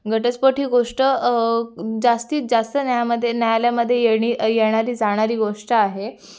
घटस्फोट ही गोष्ट जास्तीत जास्त न्यायामध्ये न्यायालयामध्ये येणे येणारी जाणारी गोष्ट आहे